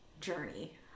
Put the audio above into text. journey